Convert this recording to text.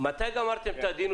תודה.